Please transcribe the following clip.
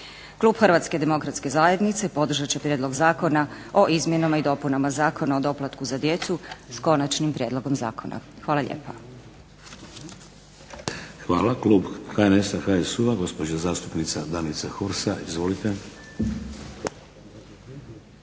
Klub Hrvatske demokratske zajednice podržat će Prijedlog Zakona o izmjenama i dopunama Zakona o doplatku za djecu, s konačnim prijedlogom zakona. Hvala lijepa. **Šeks, Vladimir (HDZ)** Hvala. Klub HNS-a, HSU-a, gospođa zastupnica Danica Hursa. Izvolite. **Hursa,